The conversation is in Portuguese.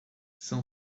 são